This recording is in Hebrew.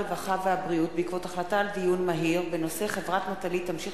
הרווחה והבריאות בעקבות דיון מהיר בנושא: חברת "נטלי" תמשיך